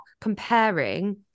comparing